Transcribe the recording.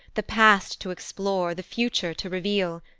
the past to explore, the future to reveal.